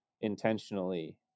intentionally